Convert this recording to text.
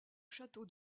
château